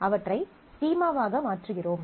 அவற்றை ஸ்கீமாவாக மாற்றுகிறோம்